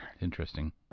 Interesting